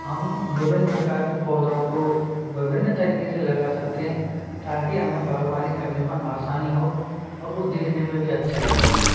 हम विभिन्न प्रकार के पौधों को विभिन्न तरीके से लगा सकते हैं ताकि हमें बाग़बानी करने में आसानी हो और वो देखने में भी अच्छें लगें